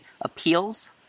appeals